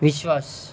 Vishwas